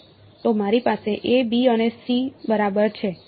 તો મારી પાસે a b અને c બરાબર છે